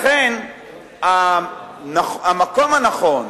לכן המקום הנכון